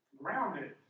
Grounded